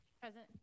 Present